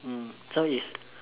mm so it's